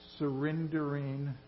Surrendering